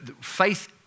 Faith